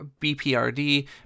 bprd